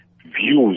views